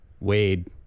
Wade